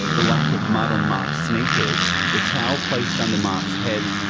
the lack of mud on mark's sneakers, the towel placed under mark's head,